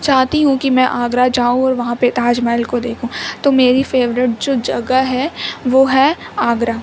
چاہتی ہوں کہ میں آگرہ جاؤں اور وہاں پہ تاج محل کو دیکھوں تو میری فیوریٹ جو جگہ ہے وہ ہے آگرہ